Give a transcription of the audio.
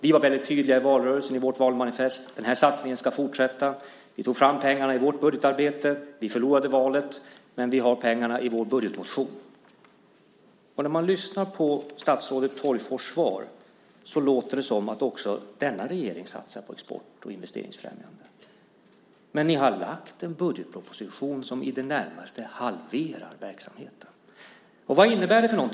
Vi var tydliga i valrörelsen i vårt valmanifest. Den här satsningen ska fortsätta. Vi tog fram pengarna i vårt budgetarbete. Vi förlorade valet, men vi har pengarna i vår budgetmotion. När jag lyssnade på statsrådet Tolgfors svar lät det som om också denna regering satsar på export och investeringsfrämjande. Men ni har lagt fram en budgetproposition som i det närmaste halverar verksamheten. Vad innebär det?